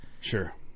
Sure